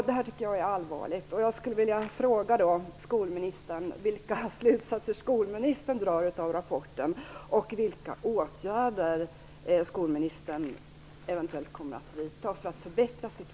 Det tycker jag är allvarligt.